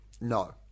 No